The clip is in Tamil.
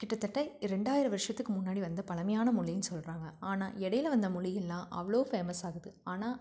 கிட்டத்தட்ட ரெண்டாயிரம் வருஷத்துக்கு முன்னாடி வந்த பழமையான மொழின்னு சொல்கிறாங்க ஆனால் இடையில வந்த மொழி எல்லாம் அவ்வளோ ஃபேமஸாகுது ஆனால்